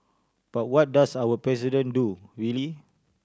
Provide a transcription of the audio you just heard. but what does our President do really